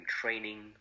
training